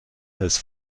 has